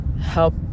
help